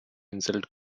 insult